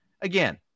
Again